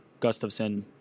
Gustafsson